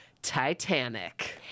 titanic